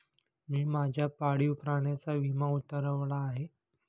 मी माझ्या पाळीव प्राण्याचा विमा उतरवला आहे